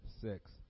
six